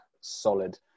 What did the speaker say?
solid